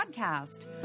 podcast